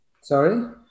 Sorry